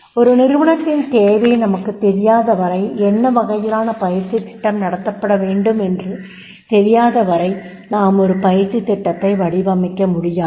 ஒரு நிறுவனத்தின் தேவை நமக்குத் தெரியாத வரை என்ன வகையிலான பயிற்சித் திட்டம் நடத்தப்பட வேண்டும் என்று தெரியதவரை நாம் ஒரு பயிற்சித் திட்டத்தை வடிவமைக்க முடியாது